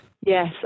yes